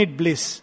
bliss